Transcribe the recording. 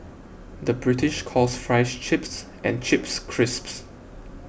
the British calls Fries Chips and Chips Crisps